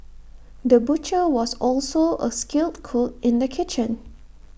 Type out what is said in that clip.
the butcher was also A skilled cook in the kitchen